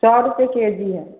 सौ रुपये के जी है